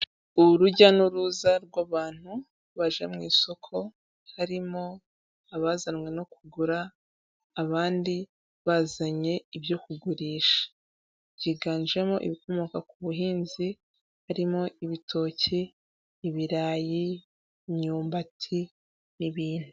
Urujya n'uruza rw'abantu baje mu isoko, harimo abazanwe no kugura, abandi bazanye ibyo kugurisha, byiganjemo ibikomoka ku buhinzi, harimo ibitoki, ibirayi, imyumbati n'ibintu.